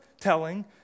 telling